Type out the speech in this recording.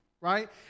right